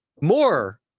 more